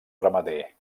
ramader